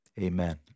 Amen